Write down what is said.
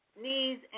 knees